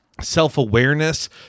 self-awareness